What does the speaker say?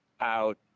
out